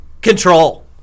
Control